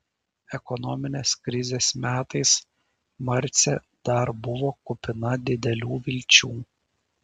ekonominės krizės metais marcė dar buvo kupina didelių vilčių